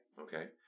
Okay